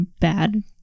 bad